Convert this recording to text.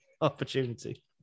opportunity